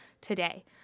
today